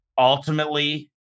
ultimately